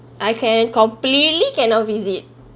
I can completely cannot visit